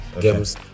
games